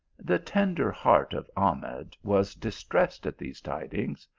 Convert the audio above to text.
the tender heart of ahmed was distressed at these tidings.